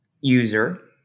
user